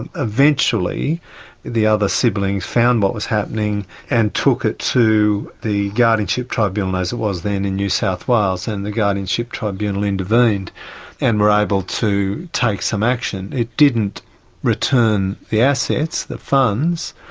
and eventually the other siblings found what was happening and took it to the guardianship tribunal as it was then in new south wales, and the guardianship tribunal intervened and were able to take some action. it didn't return the assets, the funds,